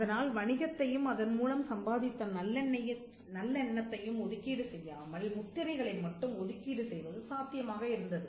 அதனால் வணிகத்தையும் அதன் மூலம் சம்பாதித்த நல்லெண்ணத்தையும் ஒதுக்கீடு செய்யாமல் முத்திரைகளை மட்டும் ஒதுக்கீடு செய்வது சாத்தியமாக இருந்தது